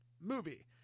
movie